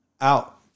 out